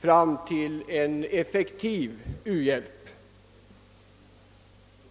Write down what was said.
bra sätt att lämna en effektiv u-hjälp.